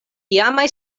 iamaj